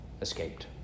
escaped